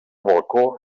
balcó